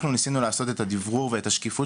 אנחנו ניסינו לעשות את הדברור ואת השקיפות